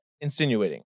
Insinuating